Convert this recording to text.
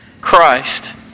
Christ